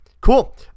Cool